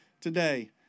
today